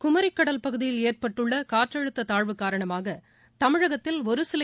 கும்ரி கடல் பகுதியில் ஏற்பட்டுள்ள காற்றழுத்த தாழ்வு காரணமாக தமிழகத்தில் ஒரு சில